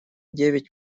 девять